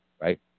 right